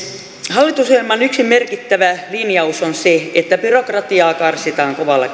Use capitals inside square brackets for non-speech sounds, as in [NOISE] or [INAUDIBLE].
hallitusohjelman yksi merkittävä linjaus on se että byrokratiaa karsitaan kovalla [UNINTELLIGIBLE]